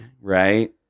right